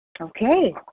Okay